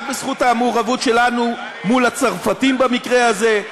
בזכות המעורבות שלנו מול הצרפתים במקרה הזה,